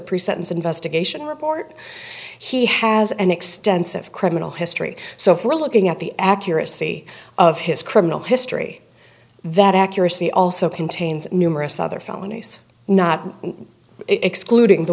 pre sentence investigation report she has an extensive criminal history so if we're looking at the accuracy of his criminal history that accuracy also contains numerous other felonies not excluding the